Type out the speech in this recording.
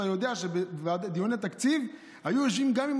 ואתה יודע שבדיוני תקציב היו יושבים גם עם